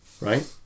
Right